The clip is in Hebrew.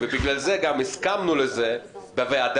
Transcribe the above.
ובגלל זה גם הסכמנו לזה בוועדה.